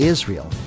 Israel